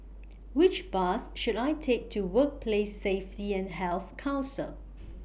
Which Bus should I Take to Workplace Safety and Health Council